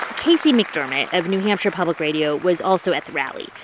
casey mcdermott of new hampshire public radio was also at the rally.